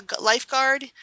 lifeguard